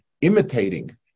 imitating